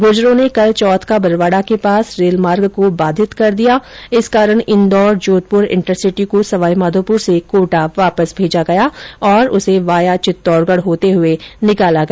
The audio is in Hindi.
गुर्जरों ने कल चौथ का बरवाड़ा के पास रेल मार्ग को बाधित कर दिया इस कारण इंदौर जोधपुर इंटरसिटी को सवाईमाधोपुर से कोटा वापस भेजा गया और उसे वाया चित्तौड़गढ होते हुए निकाला गया